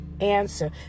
answer